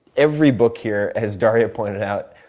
every book here, as daria pointed out,